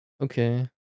Okay